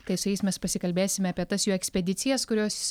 tai su jais mes pasikalbėsime apie tas jų ekspedicijas kurios